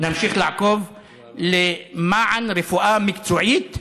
נמשיך לעקוב למען רפואה מקצועית נכונה,